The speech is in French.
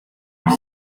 huit